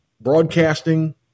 Broadcasting